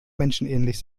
menschenähnlich